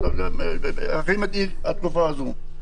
הכי מדאיגה התקופה הזאת.